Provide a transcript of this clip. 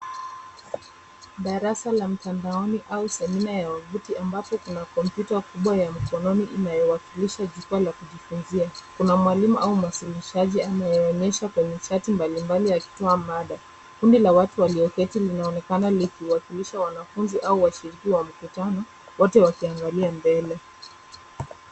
Darasa la mtandaoni au semina ya watafiti ambapo kuna komputa kubwa ya mkononi inayowakilisha jukwaa la kujifunzia. Kuna mwalimu au mwasilishaji anayeonyeshwa kwenye chati mbali mbali akitoa mada. Kundi la watu walioketi linaonekana likiwakilisha wanafunzi au washiriki wa mkutano wote wakiangalia mbele.